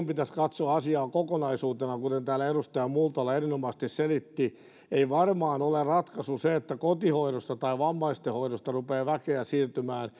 pitäisi katsoa asiaa kokonaisuutena kuten täällä edustaja multala erinomaisesti selitti ei varmaan ole ratkaisu se että kotihoidosta tai vammaisten hoidosta rupeaa väkeä siirtymään